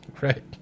Right